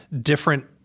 different